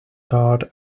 guard